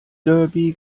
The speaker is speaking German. derby